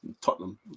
Tottenham